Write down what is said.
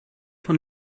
von